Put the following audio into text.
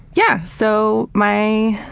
yeah! so, my,